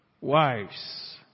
Wives